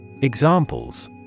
Examples